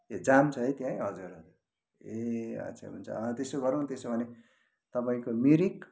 ए जाम छ है त्यहाँ हजुर ए आच्छा हुन्छ त्यसो गरौँ न त्यसो भने तपाईँको मिरिक